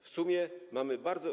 W sumie mamy bardzo.